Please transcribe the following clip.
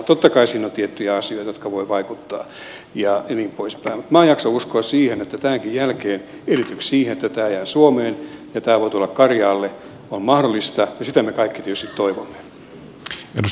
totta kai siinä on tiettyjä asioita jotka voivat vaikuttaa ja niin poispäin mutta minä jaksan uskoa siihen että tämänkin jälkeen edellytykset sille että tämä jää suomeen ja tämä voi tulla karjaalle ovat mahdollisia ja sitä me kaikki tietysti toivomme